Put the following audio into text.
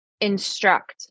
instruct